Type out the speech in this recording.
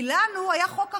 כי לנו היה חוק אחר.